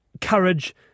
courage